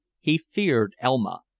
he feared elma,